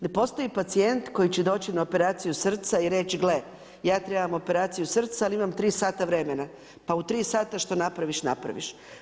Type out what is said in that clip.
Ne postoji pacijent koji će doći na operaciju srca i reći, gle ja trebam srca ali imam tri sata vremena, pa u tri sata što napraviš, napraviš.